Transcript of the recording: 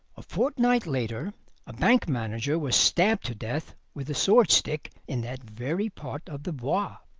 a fortnight later a bank manager was stabbed to death with a swordstick in that very part of the bois.